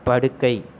படுக்கை